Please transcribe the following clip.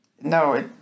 No